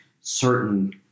certain